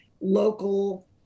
local